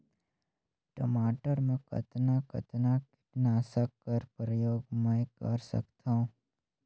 टमाटर म कतना कतना कीटनाशक कर प्रयोग मै कर सकथव?